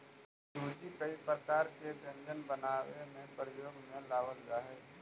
सूजी कई प्रकार के व्यंजन बनावे में प्रयोग में लावल जा हई